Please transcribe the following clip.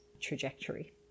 trajectory